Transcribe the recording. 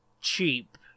cheap